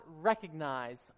recognize